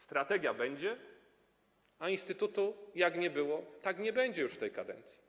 Strategia będzie, a instytutu jak nie było, tak nie będzie już w tej kadencji.